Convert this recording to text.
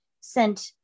sent